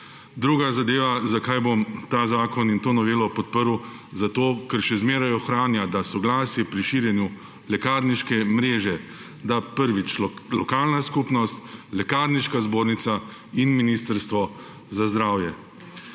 Druga zadeva, zakaj bom ta zakon in to novelo podprl, zato ker še zmeraj ohranja, da soglasje pri širjenju lekarniške mreže dajo lokalna skupnost, Lekarniška zbornica in Ministrstvo za zdravje.